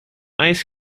ice